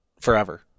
forever